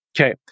Okay